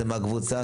זה מהקבוצה,